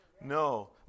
No